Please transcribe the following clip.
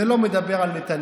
זה לא מדבר על נתניהו,